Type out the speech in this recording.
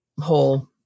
whole